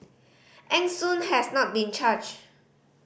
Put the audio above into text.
Eng Soon has not been charged